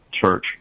church